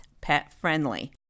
pet-friendly